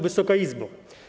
Wysoka Izbo!